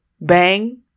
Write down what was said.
bang